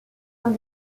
dans